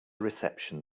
reception